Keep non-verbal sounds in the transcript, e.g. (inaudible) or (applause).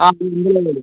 ആ (unintelligible)